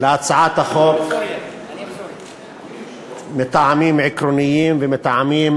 להצעת החוק מטעמים עקרוניים ומטעמים